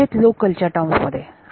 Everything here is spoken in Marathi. तर हे आहेत लोकल च्या टर्म मध्ये